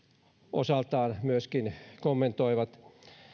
osaltaan myöskin kommentoivat